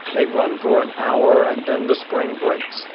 they run for an hour, and then the spring breaks,